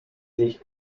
sich